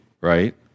right